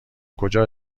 کجا